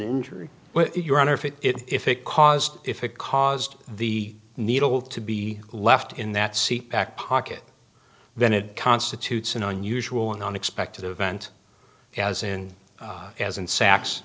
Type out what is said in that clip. injury your honor if it if it caused if it caused the needle to be left in that seat back pocket then it constitutes an unusual and unexpected event as in as in sa